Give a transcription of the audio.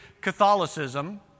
Catholicism